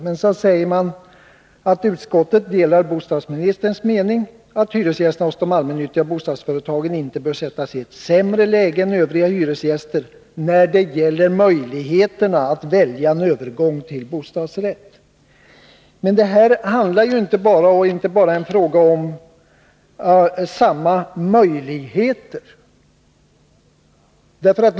Men så säger man: Utskottet delar bostadsministerns mening att hyresgästerna hos de allmännyttiga bostadsföretagen inte bör sättas i ett sämre läge än övriga hyresgäster, när det gäller möjligheterna att välja en övergång till bostadsrätt. Men här är det ju inte bara fråga om samma möjligheter.